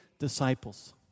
Disciples